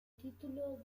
título